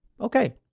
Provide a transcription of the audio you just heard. Okay